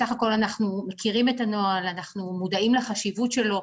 בסך הכל אנחנו מכירים את הנוהל אנחנו מודעים לחשיבות שלו.